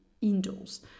indoors